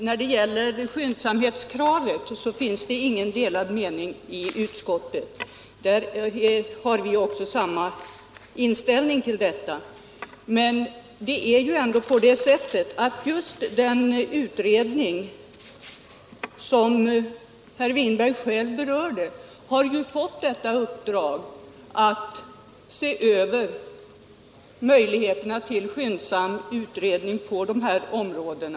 Herr talman! Skyndsamhetskravet finns det inga delade meningar om i utskottet, utan där har vi samma inställning. Den utredning som herr Winberg själv berörde har fått i uppdrag att se över möjligheterna till ett skyndsamt ställningstagande på dessa områden.